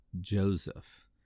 Joseph